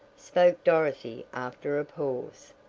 spoke dorothy after a pause.